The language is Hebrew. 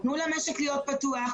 תנו למשק להיות פתוח.